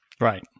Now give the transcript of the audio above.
Right